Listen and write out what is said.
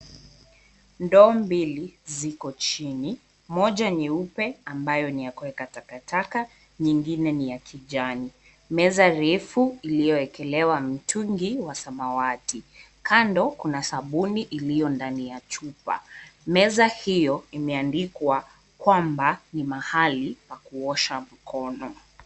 Ndoo mbili ziko chini. Moja nyeupe ambayo ni ya kuweka takataka, nyingine ni ya kijani. Meza refu iliyoekelewa mtungi wa samawati. Kando kuna sabuni iliyo ndani ya chupa. Meza hiyo imeandikwa kwamba ni mahali pa kuosha mkono.